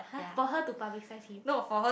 !huh! for her to publicise him